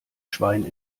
schwein